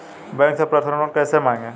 Bank से personal loan कैसे मांगें?